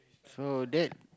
so that